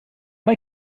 mae